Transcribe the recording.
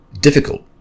Difficult